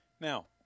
Now